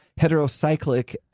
heterocyclic